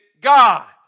God